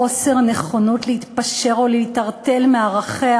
חוסר נכונות להתפשר או להתערטל מערכיה